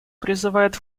призывает